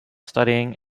studying